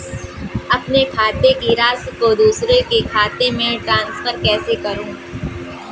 अपने खाते की राशि को दूसरे के खाते में ट्रांसफर कैसे करूँ?